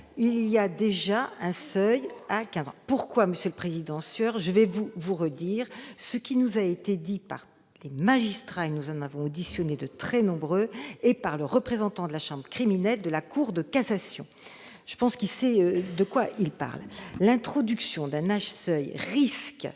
existe déjà un seuil à quinze ans. Pourquoi, monsieur Sueur ? Je vais vous redire ce que nous ont expliqué les magistrats- nous en avons auditionné de très nombreux -et le représentant de la chambre criminelle de la Cour de cassation ; je pense qu'il sait de quoi il parle. L'introduction d'un seuil d'âge